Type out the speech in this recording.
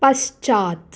पश्चात्